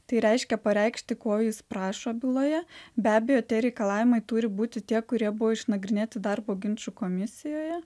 tai reiškia pareikšti ko jis prašo byloje be abejo tie reikalavimai turi būti tie kurie buvo išnagrinėti darbo ginčų komisijoje